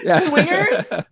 Swingers